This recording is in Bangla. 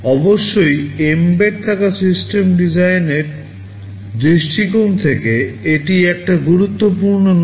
অবশ্যই এম্বেড থাকা সিস্টেম ডিজাইনের দৃষ্টিকোণ থেকে এটি এতটা গুরুত্বপূর্ণ নয়